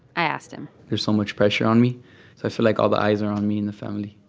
i asked him there's so much pressure on me. so i feel like all the eyes are on me and the family.